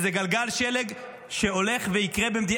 זה גלגל שלג שילך ויקרה במדינה.